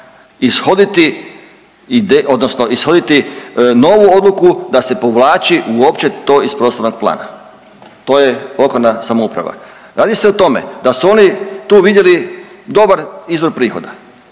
ishoditi novu odluku da se povlači uopće to iz prostornog plana. To je pokojna samouprava. Radi se o tome da su oni tu vidjeli dobar izvor prihoda,